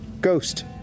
Ghost